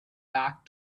back